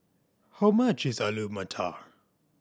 how much is Alu Matar